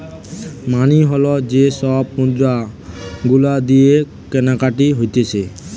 মানি হল যে সব মুদ্রা গুলা দিয়ে কেনাকাটি হতিছে